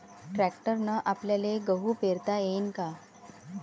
ट्रॅक्टरने आपल्याले गहू पेरता येईन का?